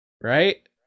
Right